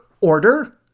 order